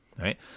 right